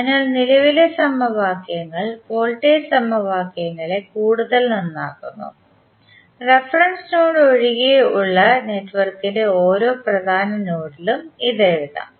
അതിനാൽ നിലവിലെ സമവാക്യങ്ങൾ വോൾട്ടേജ് സമവാക്യങ്ങളെ കൂടുതൽ നന്നാക്കുന്നു റഫറൻസ് നോഡ് ഒഴികെ ഉള്ള നെറ്റ്വർക്കിന്റെ ഓരോ പ്രധാന നോഡിലും ഇത് എഴുതാം